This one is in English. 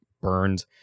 burned